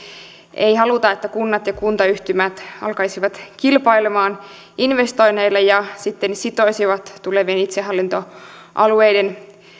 ei haluta että kunnat ja kuntayhtymät alkaisivat kilpailemaan investoinneilla ja sitten sitoisivat tulevien itsehallintoalueiden